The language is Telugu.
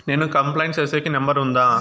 నేను కంప్లైంట్ సేసేకి నెంబర్ ఉందా?